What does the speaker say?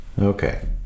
Okay